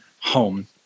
home